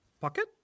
Pocket